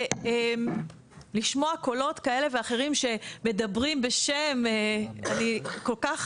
לשמוע קולות כאלה ואחרים שמדברים בשם אני חושבת